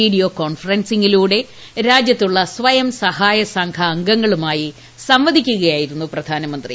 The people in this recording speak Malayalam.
വീഡിയോ കോൺഫറൻസിംഗിലൂടെ രാജ്യത്തുള്ള സ്വയംസഹായക സംഘ അംഗങ്ങളുമായി സംവദിക്കുകയായിരുന്നു പ്രധാനമന്ത്രി